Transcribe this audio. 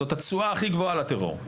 זאת התשואה הכי גבוהה לטרור,